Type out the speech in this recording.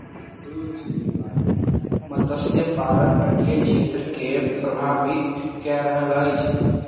मत्स्य पालन तटीय क्षेत्र के प्रभावित कय रहल अछि